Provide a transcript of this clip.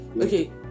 okay